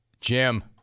Jim